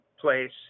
place